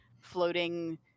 floating